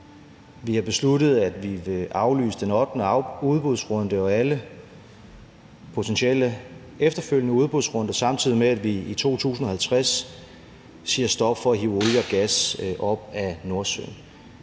Vi har besluttet, at vi vil aflyse den ottende udbudsrunde og alle potentielle efterfølgende udbudsrunder, samtidig med at vi i 2050 siger stop for at hive olie og gas op af Nordsøen.